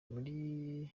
muri